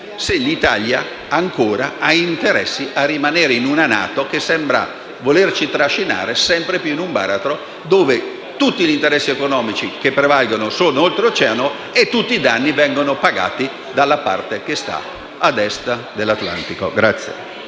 se l'Italia ha ancora interesse a rimanere in una NATO che sembra volerci trascinare sempre più in un baratro, dove tutti gli interessi economici che prevalgono sono Oltreoceano e tutti i danni vengono pagati dalla parte che sta a Est dell'Atlantico.